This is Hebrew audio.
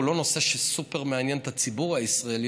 הוא לא נושא שסופר-מעניין את הציבור הישראלי.